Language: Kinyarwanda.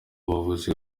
abavuzi